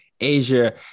Asia